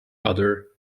udder